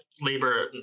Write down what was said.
labor